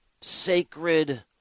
sacred